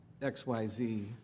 XYZ